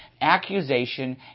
accusation